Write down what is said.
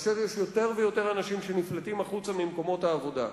כאשר יש יותר ויותר אנשים שנפלטים החוצה ממקומות העבודה,